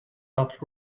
that